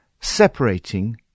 separating